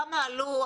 כמה עלו.